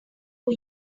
who